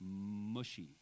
Mushy